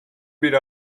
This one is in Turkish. bir